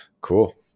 cool